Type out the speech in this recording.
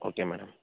okay madam